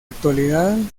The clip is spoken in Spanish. actualidad